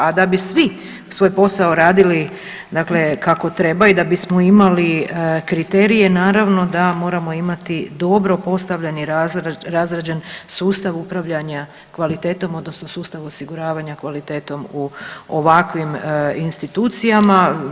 A da bi svi svoj posao radili kako treba i da bismo imali kriterije, naravno da moramo imati dobro postavljeni razrađen sustav upravljanja kvalitetom odnosno sustav osiguravanja kvalitetom u ovakvim institucijama.